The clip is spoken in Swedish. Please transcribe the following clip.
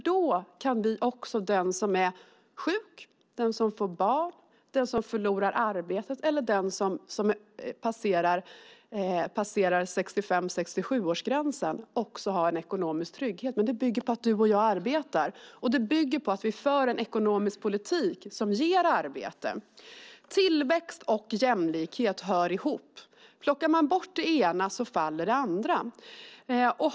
Då kan också den som är sjuk, får barn, förlorar arbetet eller passerar 65-67-årsgränsen ha en ekonomisk trygghet. Det bygger på att du och jag arbetar, och det bygger på att vi för en ekonomisk politik som ger arbete. Tillväxt och jämlikhet hör ihop. Plockar man bort det ena så faller det andra.